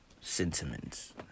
sentiments